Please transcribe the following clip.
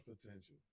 potential